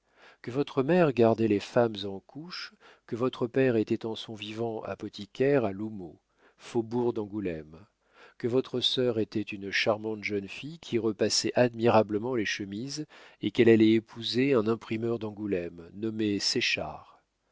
que votre mère gardait les femmes en couches que votre père était en son vivant apothicaire à l'houmeau faubourg d'angoulême que votre sœur était une charmante jeune fille qui repassait admirablement les chemises et qu'elle allait épouser un imprimeur d'angoulême nommé